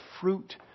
fruit